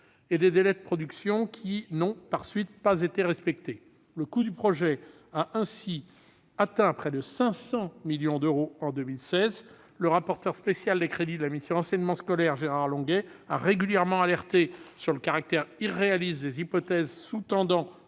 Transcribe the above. et des délais de production qui n'ont, par la suite, pas été respectés. Le coût du projet a ainsi atteint près de 500 millions d'euros en 2016. Le rapporteur spécial des crédits de la mission « Enseignement scolaire », Gérard Longuet, a régulièrement alerté sur le caractère irréaliste des hypothèses sous-tendant